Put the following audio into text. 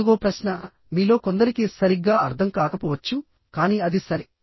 నాలుగో ప్రశ్నమీలో కొందరికి సరిగ్గా అర్థం కాకపోవచ్చుకానీ అది సరే